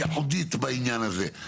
וייחודית בעניין הזה.